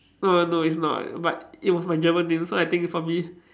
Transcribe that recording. no no it's not but it was from German name so I think is probably